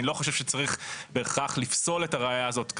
אני לא צריך בהכרח לפסול את הראייה הזאת.